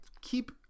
keep